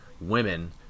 women